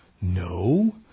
No